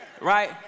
Right